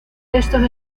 estos